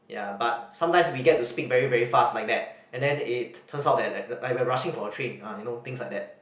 ya but sometimes we get to speak very very fast like that and it turns out that li~ like we're rushing for a train ah you know things like that